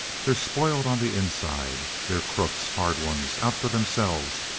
they're spoiled on the inside. they're crooks, hard ones, out for themselves,